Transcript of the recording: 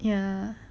ya